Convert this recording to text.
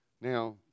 Now